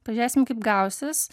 pažiūrėsim kaip gausis